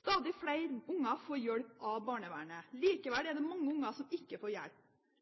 Stadig flere barn får hjelp av barnevernet. Likevel er det mange barn som ikke får hjelp.